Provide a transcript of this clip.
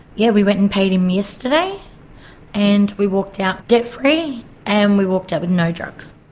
yeah, we went and paid him yesterday and we walked out debt free and we walked out with no drugs.